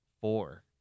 four